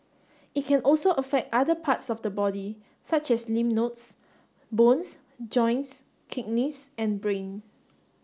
it can also affect other parts of the body such as lymph nodes bones joints kidneys and brain